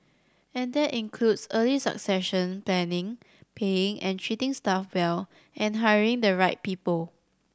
and that includes early succession planning paying and treating staff well and hiring the right people